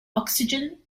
oxygen